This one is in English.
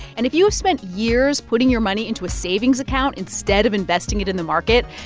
and if you have spent years putting your money into a savings account instead of investing it in the market,